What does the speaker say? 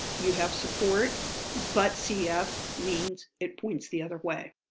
you have support but cf. means it points the other way.